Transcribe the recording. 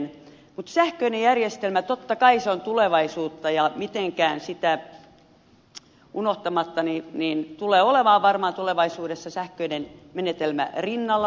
mutta sähköinen järjestelmä totta kai on tulevaisuutta ja mitenkään sitä unohtamatta sähköinen menetelmä tulee olemaan varmaan tulevaisuudessa rinnalla varsinkin